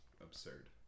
absurd